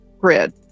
grid